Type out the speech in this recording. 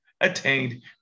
attained